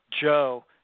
Joe